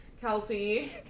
Kelsey